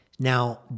Now